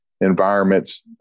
environments